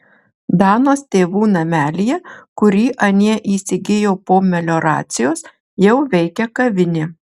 danos tėvų namelyje kurį anie įsigijo po melioracijos jau veikia kavinė